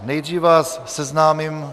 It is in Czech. Nejdříve vás seznámím...